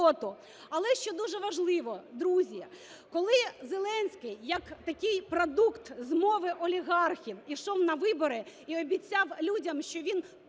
Але що дуже важливо, друзі, коли Зеленський як такий продукт змови олігархів ішов на вибори і обіцяв людям, що він